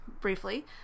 briefly